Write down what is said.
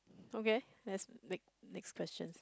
okay let's next next questions